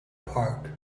park